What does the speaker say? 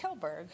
Kilberg